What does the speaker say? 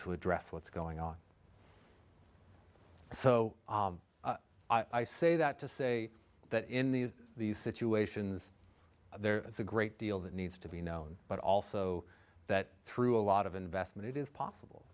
to address what's going on so i say that to say that in these situations there is a great deal that needs to be known but also that through a lot of investment it is possible